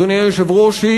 אדוני היושב-ראש,